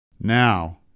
Now